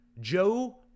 Joe